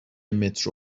مترو